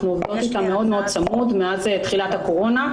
אנחנו עובדים איתן באופן צמוד מאוד מאז תחילת הקורונה.